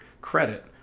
credit